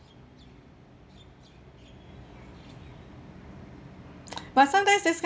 but sometimes this kind